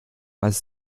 als